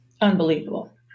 unbelievable